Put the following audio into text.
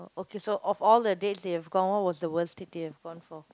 okay so of all the dates you have gone what was the worst date you have gone for